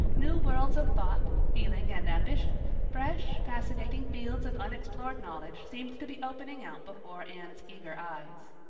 new worlds of thought, feeling, and ambition, fresh, fascinating fields of unexplored knowledge seemed to be opening out before anne's eager eyes.